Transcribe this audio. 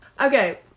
okay